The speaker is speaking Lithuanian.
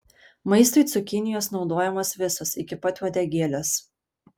maistui cukinijos naudojamos visos iki pat uodegėlės